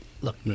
look